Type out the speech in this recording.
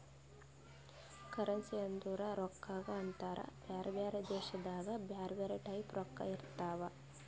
currency ಅಂದುರ್ ರೊಕ್ಕಾಗ ಅಂತಾರ್ ಬ್ಯಾರೆ ಬ್ಯಾರೆ ದೇಶದಾಗ್ ಬ್ಯಾರೆ ಬ್ಯಾರೆ ಟೈಪ್ ರೊಕ್ಕಾ ಇರ್ತಾವ್